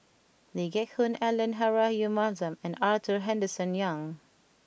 Lee Geck Hoon Ellen Rahayu Mahzam and Arthur Henderson Young